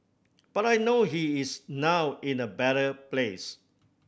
but I know he is now in a better place